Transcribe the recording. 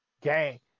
Gang